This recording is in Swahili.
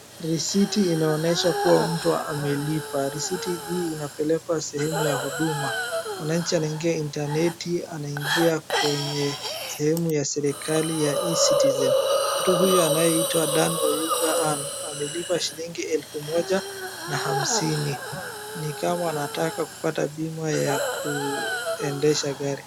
Risiti inaonesha kuwa mtu amelipa, risiti hii inapelekwa sehemu ya huduma. Mwananchi anaingia intaneti anaingia kwenye sehemu ya serikali ya E-citizen, mtu huyo anayeitwa Dan Oyuga Anne amelipa shili elfu moja na hamsini ni kama anataka kupata bima ya kuendesha gari.